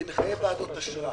זה מחייב ועדות אשראי.